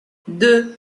deux